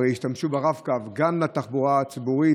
הרי ישתמשו ברב-קו גם לתחבורה הציבורית,